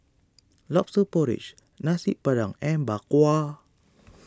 Lobster Porridge Nasi Padang and Bak Kwa